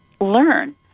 learn